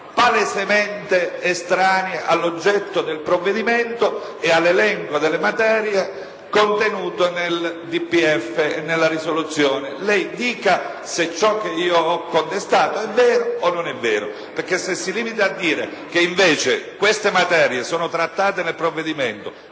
palesemente estranei all'oggetto del provvedimento e all'elenco delle materie contenute nel DPEF e nella risoluzione che lo ha approvato. Lei dica se ciò che io ho contestato è vero o meno, perché se si limita a dire che invece queste materie sono trattate nel provvedimento